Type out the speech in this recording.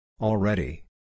Already